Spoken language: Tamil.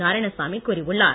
நாராயணசாமி கூறியுள்ளார்